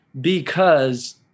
because-